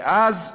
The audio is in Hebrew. ואז,